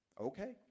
Okay